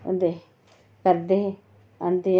होंदे हे करदे हे